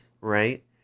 Right